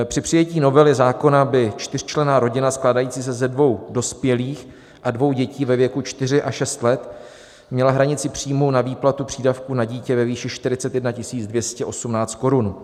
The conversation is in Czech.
Při přijetí novely zákona by čtyřčlenná rodina skládající se ze dvou dospělých a dvou dětí ve věku 4 a 6 let měla hranici příjmu na výplatu přídavku na dítě ve výši 41 218 korun.